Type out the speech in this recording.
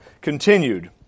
continued